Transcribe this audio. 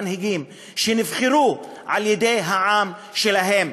מנהיגים שנבחרו על-ידי העם שלהם.